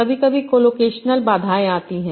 कभी कभी कोलोकेशनल बाधाएं होती हैं